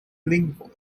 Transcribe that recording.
lingvoj